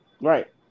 Right